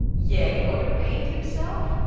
yea, or to paint himself?